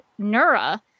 Nura